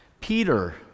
Peter